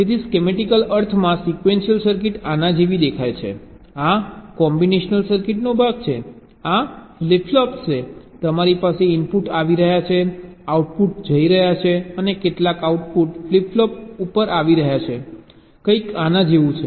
તેથી સ્કીમેટિક અર્થમાં sequential circuit આના જેવી દેખાય છે આ કોમ્બિનેશનલ સર્કિટનો ભાગ છે આ ફ્લિપ ફ્લોપ્સ છે તમારી પાસે ઇનપુટ્સ આવી રહ્યા છે આઉટપુટ જઈ રહ્યા છે અને કેટલાક આઉટપુટ ફ્લિપ ફ્લોપ ઉપર આવી રહ્યા છે કંઈક આના જેવું છે